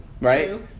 Right